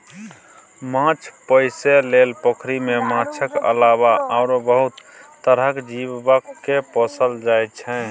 माछ पोसइ लेल पोखरि मे माछक अलावा आरो बहुत तरहक जीव केँ पोसल जाइ छै